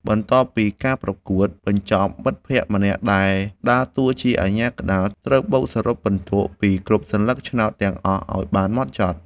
បន្ទាប់ពីការប្រកួតបញ្ចប់ មិត្តភក្តិម្នាក់ដែលដើរតួជាអាជ្ញាកណ្ដាល ត្រូវបូកសរុបពិន្ទុពីគ្រប់សន្លឹកឆ្នោតទាំងអស់ឱ្យបានហ្មត់ចត់។